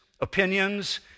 Opinions